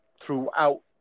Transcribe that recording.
throughout